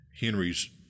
Henry's